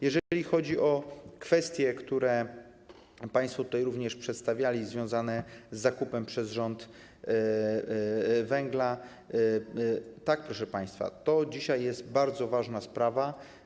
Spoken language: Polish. Jeżeli chodzi o kwestie, które państwo również przedstawiali, związane z zakupem przez rząd węgla, to tak, proszę państwa, to dzisiaj jest bardzo ważna sprawa.